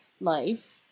life